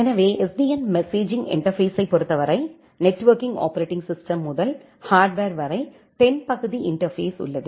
எனவே SDN messaging இன்டர்பேஸ்ஸை பொறுத்தவரை நெட்வொர்க்கிங் ஆப்பரேட்டிங் சிஸ்டம் முதல் ஹார்ட்வர் வரை தென்பகுதி இன்டர்பேஸ் உள்ளது